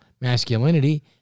masculinity